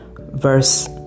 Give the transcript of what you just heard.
verse